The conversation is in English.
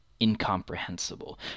incomprehensible